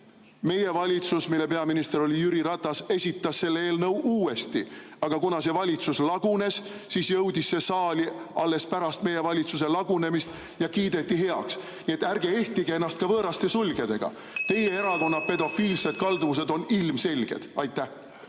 meie valitsus, mille peaminister oli Jüri Ratas, esitas selle eelnõu uuesti, aga kuna see valitsus lagunes, siis jõudis see saali alles pärast meie valitsuse lagunemist ja kiideti heaks. Nii et ärge ehtige ennast võõraste sulgedega. (Juhataja helistab kella.) Teie erakonna pedofiilsed kalduvused on ilmselged. Head